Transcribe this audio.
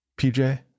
PJ